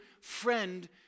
friend